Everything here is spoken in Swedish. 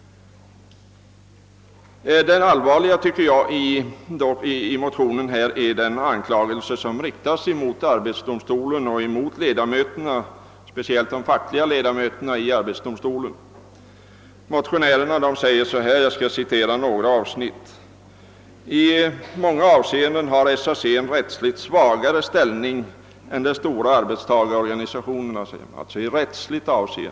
Det allvarliga i detta motionspar är den anklagelse som riktas mot arbetsdomstolen och dess ledamöter, speciellt de fackliga. Motionärerna säger — jag citerar några avsnitt: »I många avseenden har Sveriges arbetares centralorganisation en rättsligt svagare ställning än de stora arbetstagarorganisationerna.